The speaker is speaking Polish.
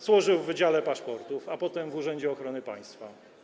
Służył w wydziale paszportów, a potem w Urzędzie Ochrony Państwa.